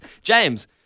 James